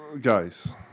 Guys